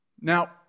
Now